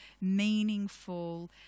meaningful